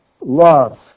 love